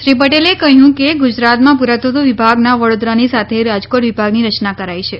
શ્રી પટેલે કહ્યું કે ગુજરાતમાં પુરાતત્વ વિભાગના વડોદરાની સાથે રાજકોટ વિભાગની રચના કરાઈ છે